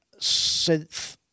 synth